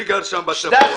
אני גר שם, בצפון.